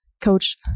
coach